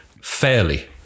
fairly